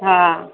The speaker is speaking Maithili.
हँ